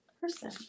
person